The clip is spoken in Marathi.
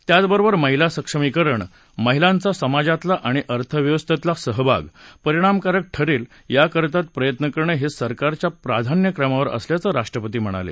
त्याचबरोबर महिला सक्षमीकरण महिलांचा समाजातला आणि अर्थव्यवस्थेतला सहभाग परिणामकारक ठरेल याकरता प्रयत्न करणं हे सरकारच्या प्राधान्यक्रमावर असल्याचं राष्ट्रपती म्हणाले